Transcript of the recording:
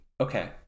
okay